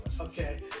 okay